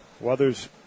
Weathers